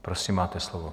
Prosím, máte slovo.